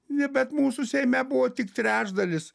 ne bet mūsų seime buvo tik trečdalis